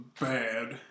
bad